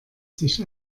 sich